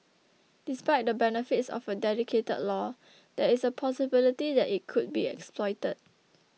despite the benefits of a dedicated law there is a possibility that it could be exploited